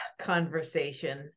conversation